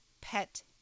pet